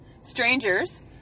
Strangers